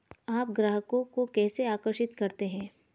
आप ग्राहकों को कैसे आकर्षित करते हैं?